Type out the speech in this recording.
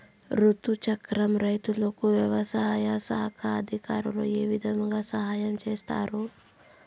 రుతు చక్రంలో రైతుకు వ్యవసాయ శాఖ అధికారులు ఏ విధంగా సహాయం చేస్తారు?